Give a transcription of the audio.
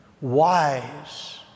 wise